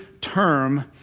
term